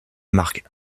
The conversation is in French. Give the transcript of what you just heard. marquent